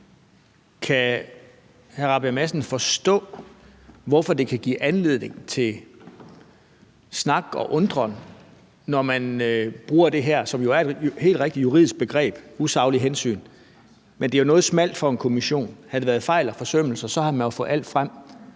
Rabjerg Madsen forstå, hvorfor det kan give anledning til snak og undren, når man jo bruger det her, som helt rigtigt er et juridisk begreb, altså begrebet usaglige hensyn? Det er jo noget smalt for en kommission. Havde det været »fejl og forsømmelser«, havde man jo fået alt frem.